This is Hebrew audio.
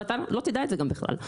ואתה לא תדע את זה גם בכלל.